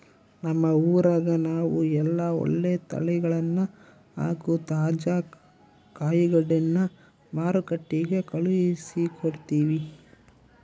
ನಮ್ಮ ಊರಗ ನಾವು ಎಲ್ಲ ಒಳ್ಳೆ ತಳಿಗಳನ್ನ ಹಾಗೂ ತಾಜಾ ಕಾಯಿಗಡ್ಡೆನ ಮಾರುಕಟ್ಟಿಗೆ ಕಳುಹಿಸಿಕೊಡ್ತಿವಿ